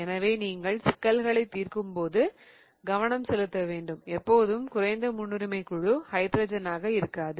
எனவே நீங்கள் சிக்கல்களைத் தீர்க்கும்போது கவனம் செலுத்த வேண்டும் எப்போதும் குறைந்த முன்னுரிமை குழு ஹைட்ரஜனாக இருக்காது